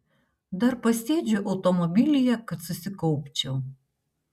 dar pasėdžiu automobilyje kad susikaupčiau